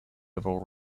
overall